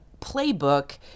playbook